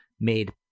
made